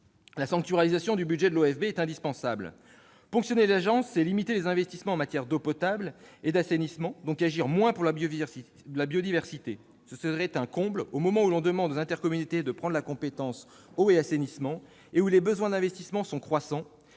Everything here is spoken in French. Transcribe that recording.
La sanctuarisation du budget de l'OFB est indispensable. Ponctionner les agences, c'est limiter les investissements en matière d'eau potable et d'assainissement, donc agir moins en faveur de la biodiversité. Ce serait un comble, au moment où l'on demande aux intercommunalités de prendre la compétence eau et assainissement et où les besoins d'investissements sont croissants,